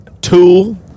tool